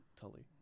Tully